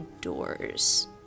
doors